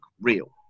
real